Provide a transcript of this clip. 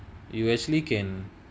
you actually can